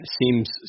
seems